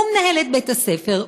ומנהלת בית-הספר,